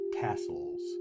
tassels